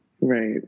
Right